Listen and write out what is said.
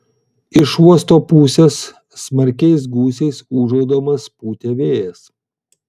iš uosto pusės smarkiais gūsiais ūžaudamas pūtė vėjas